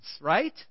right